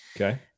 Okay